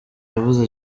yavuze